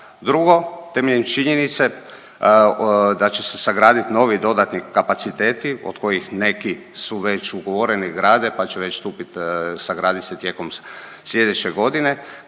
Drugo, temeljem činjenice da će se sagraditi novi dodatni kapaciteti od kojih neki su već ugovoreni, grade pa će već stupiti, sagradit se tijekom sljedeće godine